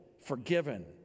forgiven